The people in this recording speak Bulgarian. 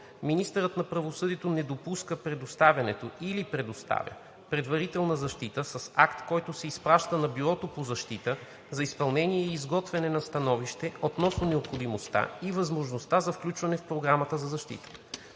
Министърът на правосъдието не допуска предоставянето или предоставя предварителна защита с акт, който се изпраща на Бюрото по защита за изпълнение и изготвяне на становище относно необходимостта и възможността за включване в Програмата за защита.